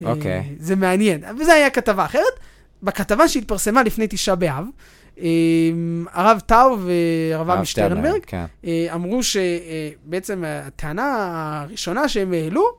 אוקיי. זה מעניין. וזו הייתה כתבה אחרת. בכתבה שהתפרסמה לפני תשעה באב, הרב טאו והרב שטרנברג אמרו שבעצם הטענה הראשונה שהם העלו,